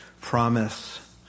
promise